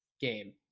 game